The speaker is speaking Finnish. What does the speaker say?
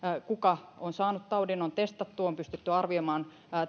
kuka on saanut taudin on testattu on pystytty arvioimaan